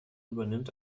übernimmt